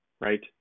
right